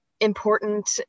important